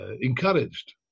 encouraged